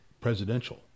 presidential